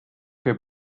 võib